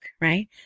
right